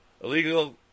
illegal